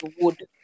wood